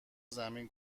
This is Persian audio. زمین